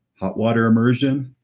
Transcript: hot water immersion,